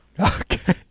Okay